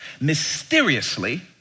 Mysteriously